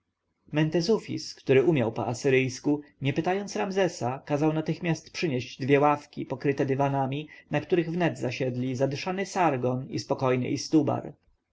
mentezufis który umiał po asyryjsku nie pytając ramzesa kazał natychmiast przynieść dwie ławki pokryte dywanami na których wnet zasiedli zadyszany sargon i spokojny istubar